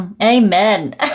Amen